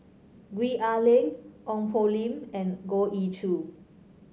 Gwee Ah Leng Ong Poh Lim and Goh Ee Choo